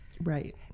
Right